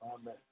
Amen